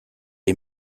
est